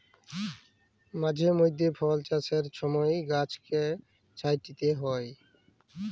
মাঝে মইধ্যে ফল চাষের ছময় গাহাচকে ছাঁইটতে হ্যয়